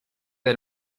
del